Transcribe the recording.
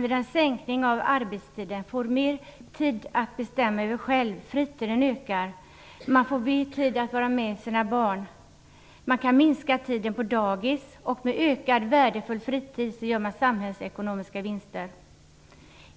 Vid en sänkning av arbetstiden får man mer tid att själv bestämma över. Fritiden ökar, och man får mer tid att vara med sina barn. Då kan tiden på dagis minskas. Med ökad värdefull fritid kan samhällsekonomiska vinster göras.